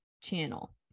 channel